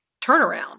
turnaround